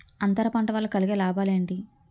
అంతర పంట వల్ల కలిగే లాభాలు ఏంటి